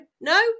no